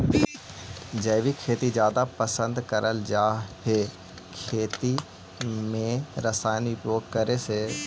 जैविक खेती जादा पसंद करल जा हे खेती में रसायन उपयोग करे से